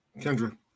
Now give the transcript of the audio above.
Kendra